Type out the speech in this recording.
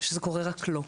שזה קורה רק לו,